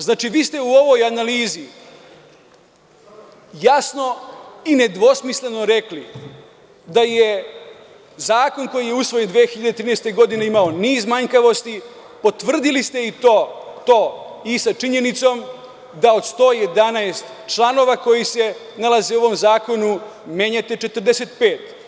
Znači, vi ste u ovoj analizi jasno i nedvosmisleno rekli da je zakon, koji je usvojen 2013. godine, imao niz manjkavosti, potvrdili ste to sa činjenicom da od 111 članova, koji se nalaze u ovom zakonu, menjate 45.